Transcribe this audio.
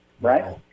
Right